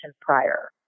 prior